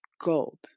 Gold